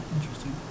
Interesting